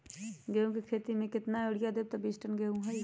गेंहू क खेती म केतना यूरिया देब त बिस टन गेहूं होई?